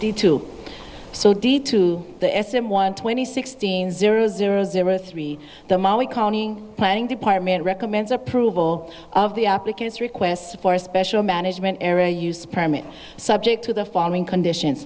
do two so d to the s and one twenty sixteen zero zero zero three the molly colony planning department recommends approval of the applicants requests for a special management area use permit subject to the following condition